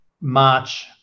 March